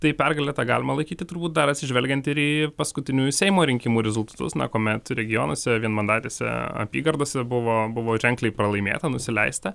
tai pergale tą galima laikyti turbūt dar atsižvelgiant ir į paskutiniųjų seimo rinkimų rezultatus na kuomet regionuose vienmandatėse apygardose buvo buvo ženkliai pralaimėta nusileista